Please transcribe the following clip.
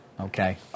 Okay